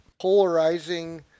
polarizing